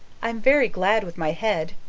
i'm very glad with my head.